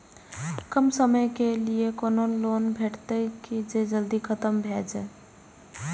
कम समय के लीये कोनो लोन भेटतै की जे जल्दी खत्म भे जे?